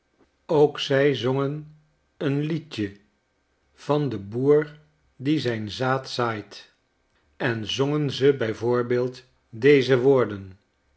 ook zij zongen een liedje van den boer die zijn zaad zaait en zongen ze bij voorbeeld deze woorden